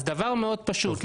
דבר מאוד פשוט,